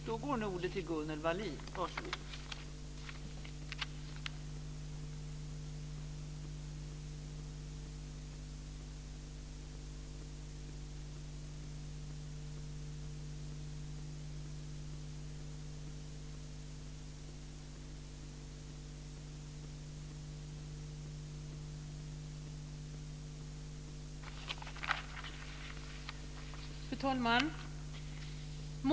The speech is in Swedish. Fru talman!